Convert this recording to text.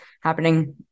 happening